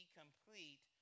complete